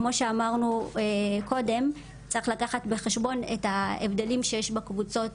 כמו שאמרנו קודם צריך לקחת בחשבון את ההבדלים שיש בקבוצות